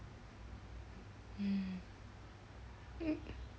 mm mm